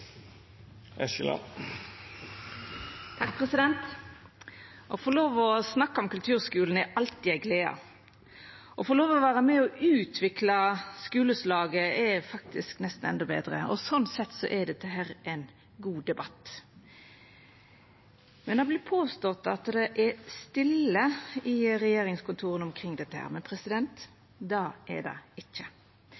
Å få lov til å snakka om kulturskulen er alltid ei glede. Å få lov til å vera med og utvikla skuleslaget er nesten endå betre. Slik sett er dette ein god debatt. Det vert påstått at det er stille i regjeringskontora kring temaet, men det er det ikkje. Det har me fått grundig dokumentert her